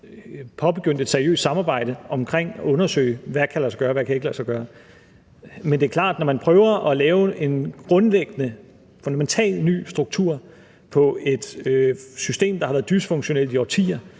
påbegyndt et seriøst samarbejde i forhold til at undersøge, hvad der kan lade sig gøre, og hvad der ikke kan lade sig gøre. Men det er klart, at det, når man prøver at lave en grundlæggende og fundamental ny struktur i et system, der har været dysfunktionelt i årtier,